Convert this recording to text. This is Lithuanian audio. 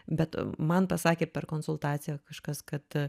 bet man pasakė per konsultaciją kažkas kad